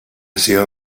sido